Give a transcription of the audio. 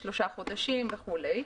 שלושה חודשים וכולי.